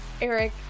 Eric